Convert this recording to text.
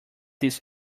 this